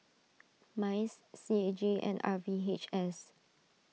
Mice C A G and R V H S